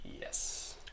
Yes